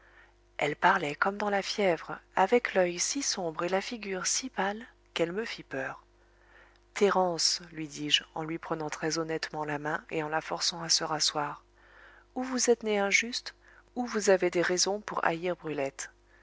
elle parlait comme dans la fièvre avec l'oeil si sombre et la figure si pâle qu'elle me fit peur thérence lui dis-je en lui prenant très honnêtement la main et en la forçant à se rasseoir ou vous êtes née injuste ou vous avez des raisons pour haïr brulette